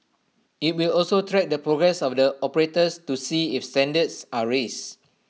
IT will also track the progress of the operators to see if standards are raised